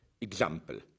example